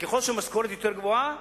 וככל שהמשכורת יותר גבוהה,